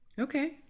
Okay